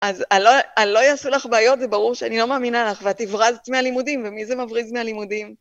אז אני לא אעשו לך בעיות, זה ברור שאני לא מאמינה עליך, ואת הברזת מהלימודים, ומי זה מבריז מהלימודים?